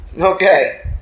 Okay